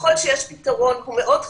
ככל שיש פתרון, הוא מאוד חלקי,